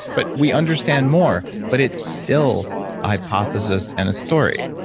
but we understand more. but it's still a hypothesis, and a story.